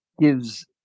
gives